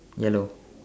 yellow